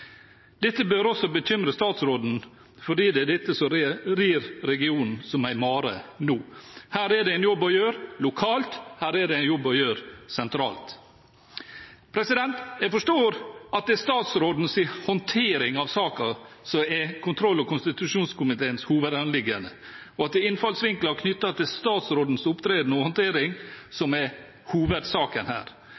Dette bør også bekymre statsråden, fordi det er dette som rir regionen som en mare nå. Her er det en jobb å gjøre lokalt. Her er det en jobb å gjøre sentralt. Jeg forstår at det er statsrådens håndtering av saken som er kontroll- og konstitusjonskomiteens hovedanliggende, og at det er innfallsvinkler knyttet til statsrådens opptreden og håndtering som er hovedsaken her.